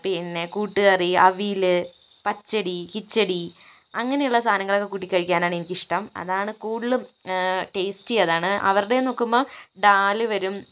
പിന്നെ കൂട്ടുകറി അവിയില് പച്ചടി കിച്ചടി അങ്ങനെയുള്ള സാനങ്ങളൊക്കെ കൂട്ടിക്കഴിക്കാനാണ് എനിക്കിഷ്ടം അതാണ് കൂടുതലും ടേസ്റ്റി അതാണ് അവരുടേതെന്ന് നോക്കുമ്പൊൾ ടാല് വരും